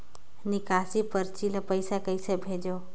निकासी परची ले पईसा कइसे भेजों?